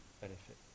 benefit